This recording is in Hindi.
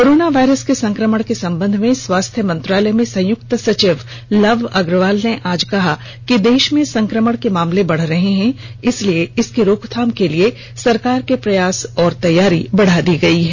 कोरोना वायरस के संक्रमण के संबंध में स्वास्थ्य मंत्रालय में संयुक्त सचिव लव अग्रवाल ने आज कहा कि देश में संक्रमण के मामले बढ़ रहे है इसलिए इसकी रोकथाम के लिए सरकार के प्रयास और तैयारी बढ़ा दी गई है